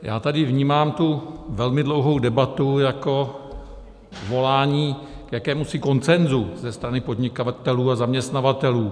Já tady vnímám tu velmi dlouhou debatu jako volání k jakémusi konsenzu ze strany podnikatelů a zaměstnavatelů.